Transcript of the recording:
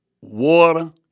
water